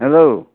hello